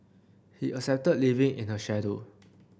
he accepted living in her shadow